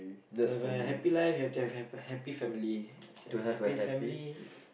to have a happy life you have to have a happy family to have a happy family